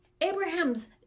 Abraham's